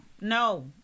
no